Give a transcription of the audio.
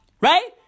Right